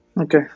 Okay